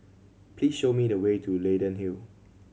please show me the way to Leyden Hill